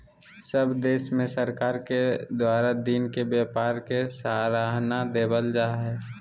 सब देश में सरकार के द्वारा दिन के व्यापार के सराहना देवल जा हइ